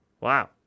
Wow